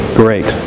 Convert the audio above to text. great